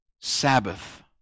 Sabbath